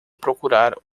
procurar